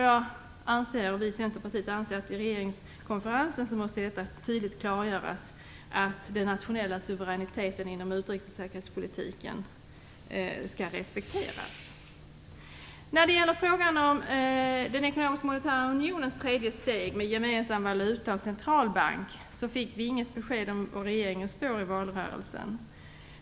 Vi i Centerpartiet anser att det vid regeringskonferensen tydligt måste klargöras att den nationella suveräniteten inom utrikes och säkerhetspolitiken skall respekteras. När det gäller frågan om den ekonomiska och monetära unionens tredje steg med gemensam valuta och centralbank fick vi i valrörelsen inget besked om var regeringen står.